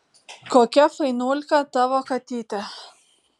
kokia fainulka tavo katytė